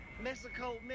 Mexico